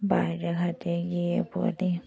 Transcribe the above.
বাইরে ঘাটে গিয়ে বলি